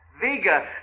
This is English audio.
Vega